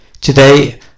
Today